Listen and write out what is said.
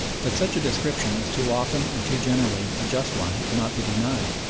that such a description was too often and too generally a just one cannot be denied,